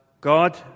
God